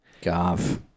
Gav